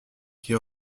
qui